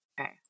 Okay